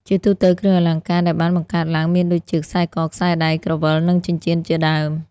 ជាទូទៅគ្រឿងអលង្ការដែលបានបង្កើតឡើងមានដូចជា ខ្សែក ខ្សែដៃ ក្រវិល និងចិញ្ចៀនជាដើម។